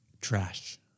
trash